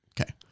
Okay